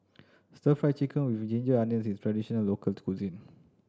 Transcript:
Stir Fried Chicken With Ginger Onions is a traditional local cuisine